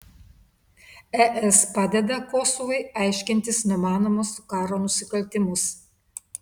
es padeda kosovui aiškintis numanomus karo nusikaltimus